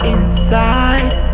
Inside